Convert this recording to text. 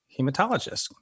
hematologist